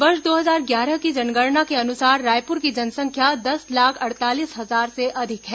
वर्ष दो हजार ग्यारह की जनगणना के अनुसार रायपुर की जनसंख्या दस लाख अड़तालीस हजार से अधिक है